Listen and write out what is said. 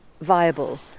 viable